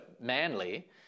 manly